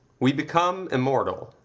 we become immortal,